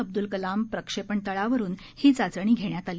अब्दूल कलाम प्रक्षेपण तळावरून ही चाचणी घेण्यात आली